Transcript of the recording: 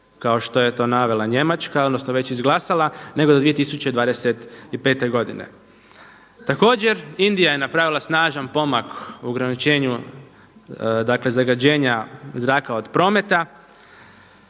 kao što je to navela Njemačka, odnosno već izglasala nego do 2025. godine. Također Indija je napravila snažan pomak u ogrničenju dakle zagađenja zraka od prometa